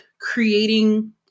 creating